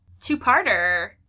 two-parter